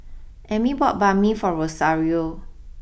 Emmy bought Banh Mi for Rosario